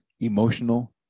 emotional